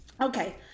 okay